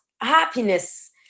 happiness